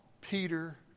Peter